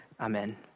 Amen